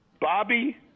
Bobby